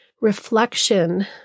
reflection